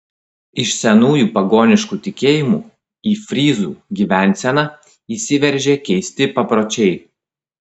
iš senųjų pagoniškų tikėjimų į fryzų gyvenseną įsiveržė keisti papročiai